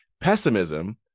pessimism